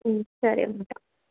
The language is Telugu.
సరే ఉంటా